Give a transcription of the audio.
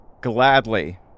Gladly